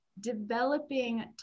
developing